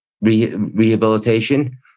rehabilitation